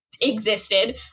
existed